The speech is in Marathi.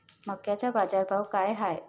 मक्याचा बाजारभाव काय हाय?